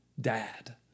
Dad